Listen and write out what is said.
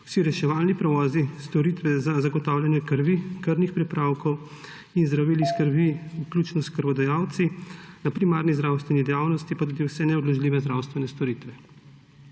vse reševalne prevoze, storitve za zagotavljanje krvi, krvnih pripravkov in zdravil iz krvi, vključno s krvodajalci, na primarni zdravstveni dejavnosti pa tudi vse neodložljive zdravstvene storitve.